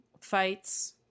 fights